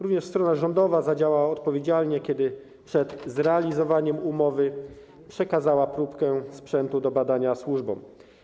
Również strona rządowa zadziałała odpowiedzialnie, kiedy przed zrealizowaniem umowy przekazała próbkę sprzętu do badania służbom.